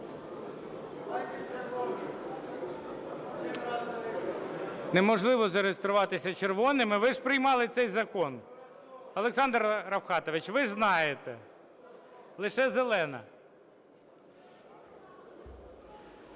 Неможливо зареєструватися червоними… Ви ж приймали цей закон! Олександр Рафкатович, ви ж знаєте, лише зелена!